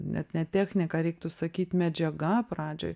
net ne technika reiktų sakyt medžiaga pradžioj